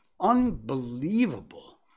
unbelievable